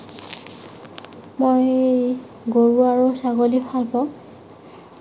মই গৰু আৰু ছাগলী ভাল পাওঁ